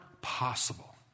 possible